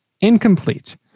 Incomplete